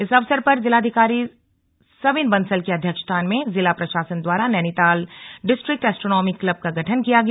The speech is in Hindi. इस अवसर पर जिलाधिकारी सविन बंसल की अध्यक्षता में जिला प्रशासन द्वारा नैनीताल डिस्ट्रिक्ट एस्ट्रोनॉमी क्लब का गठन किया गया